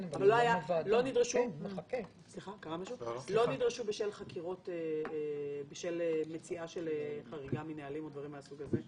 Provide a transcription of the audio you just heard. אבל לא נדרשו בשל חקירות בשל מציאה של חריגה מנהלים או דברים מהסוג הזה?